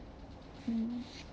mm